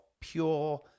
pure